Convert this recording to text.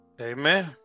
Amen